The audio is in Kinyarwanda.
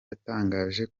yatangaje